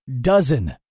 dozen